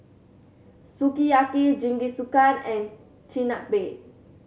Sukiyaki Jingisukan and Chigenabe